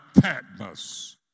Patmos